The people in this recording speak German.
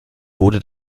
wurde